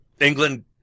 England